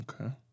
Okay